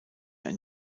ein